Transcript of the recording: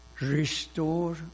restore